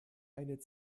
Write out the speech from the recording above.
eine